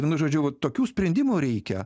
vienu žodžiu va tokių sprendimų reikia